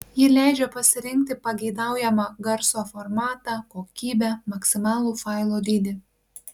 ji leidžia pasirinkti pageidaujamą garso formatą kokybę maksimalų failo dydį